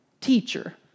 teacher